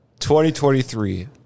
2023